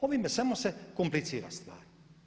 Ovime samo se komplicira stvar.